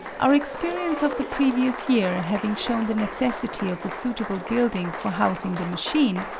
our experience of the previous year having shown the necessity of a suitable building for housing the machine,